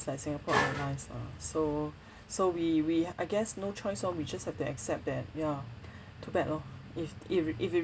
is like singapore airlines lah so so we we h~ I guess no choice lor we just have to accept that ya too bad lor if it re~ if it